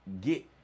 get